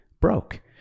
broke